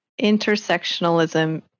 intersectionalism